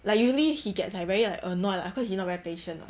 like usually he gets like very like annoyed lah cause he's not very patient [what]